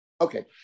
Okay